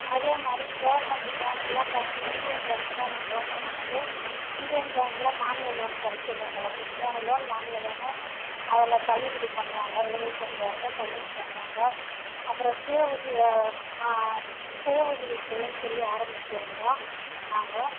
அதே மாதிரி government bank எல்லாம் போனீங்கன்னா இண்டியன் பேங்க் தான் நாங்கள் ஓப்பன் பண்ணது இண்டியன் பேங்க்கில் மானிய லோன் கெடைச்சிது எங்களுக்கு மூணு லோன் மானிய லோனு அதில் தள்ளுபடி பண்ணுவாங்க எழுபத்தஞ்சாயரூவா தள்ளுபடி பண்ணுவாங்க அப்புறம் சுய சுய உதவிக்குழுன்னு சொல்லி ஆரம்பித்திருந்தோம் நாங்கள்